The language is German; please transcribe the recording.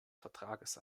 vertrages